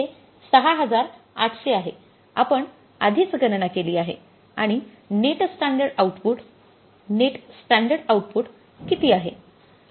हे ६८०० आहे आपण आधीच गणना केली आहे आणि net standard output net standard output किती आहे